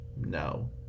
No